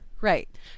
Right